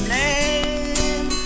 name